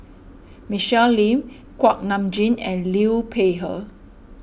Michelle Lim Kuak Nam Jin and Liu Peihe